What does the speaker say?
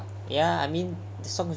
ya I mean songs very 很好听厄